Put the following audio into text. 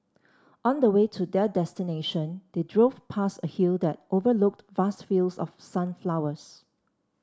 on the way to their destination they drove past a hill that overlooked vast fields of sunflowers